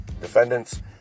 defendants